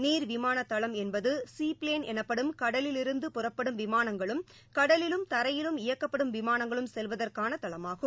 நீர் விமானதளம் என்பது லீ ப்ளேன் எனப்படும் கடலிலிருந்து புறப்படும் விமானங்களும் கடலிலும் தரையிலும் இயக்கப்படும் விமானங்களும் செல்வதற்கானதளமாகும்